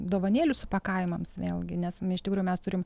dovanėlių supakavimas vėlgi nes iš tikrųjų mes turim